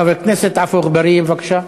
חבר הכנסת עפו אגבאריה, בבקשה.